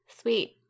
sweet